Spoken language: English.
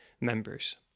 members